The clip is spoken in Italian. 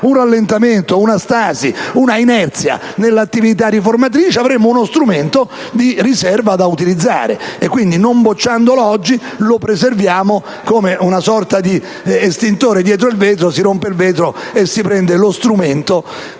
un rallentamento, una stasi, una inerzia nell'attività riformatrice, avremmo uno strumento di riserva da utilizzare. Non bocciandolo oggi lo preserviamo come una sorta di estintore dietro il vetro, per cui si rompe il vetro e si prende lo strumento